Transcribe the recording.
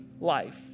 life